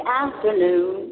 afternoon